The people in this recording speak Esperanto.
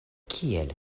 kiel